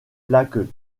plaques